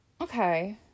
okay